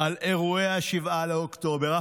על אירועי 7 באוקטובר.